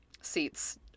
seats